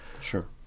Sure